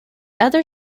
other